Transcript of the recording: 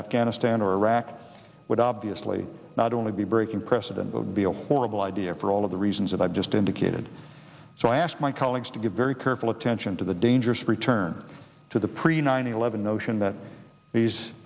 afghanistan or iraq would obviously not only be breaking precedent would be a horrible idea for all of the reasons that i've just indicated so i ask my colleagues to give very careful attention to the dangerous return to the pre nine eleven notion that these